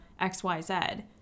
xyz